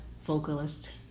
vocalist